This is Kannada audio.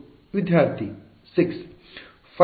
ವಿದ್ಯಾರ್ಥಿ 6